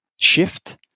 shift